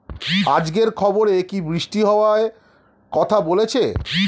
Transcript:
আজকের খবরে কি বৃষ্টি হওয়ায় কথা বলেছে?